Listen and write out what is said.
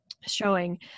showing